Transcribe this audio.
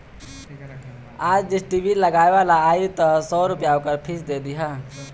आज dish TV लगावे वाला आई तअ सौ रूपया ओकर फ़ीस दे दिहा